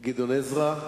גדעון עזרא,